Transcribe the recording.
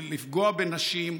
לפגוע בנשים,